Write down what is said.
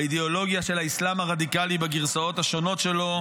האידיאולוגיה של האסלאם הרדיקלי בגרסאות השונות שלו.